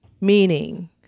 Meaning